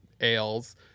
ales